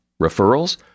Referrals